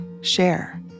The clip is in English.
share